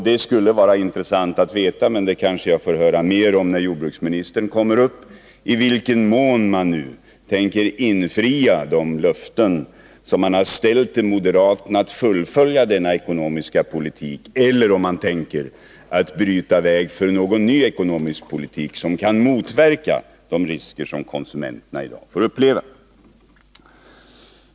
Det skulle vara intressant att få veta — och det kanske jag får höra mer om när jordbruksministern håller sitt anförande — i vilken mån man tänker infria de löften som man gett moderaterna om att fullfölja denna ekonomiska politik, eller om man tänker bana väg för någon ny ekonomisk politik som kan motverka de risker som konsumenterna i dag får uppleva.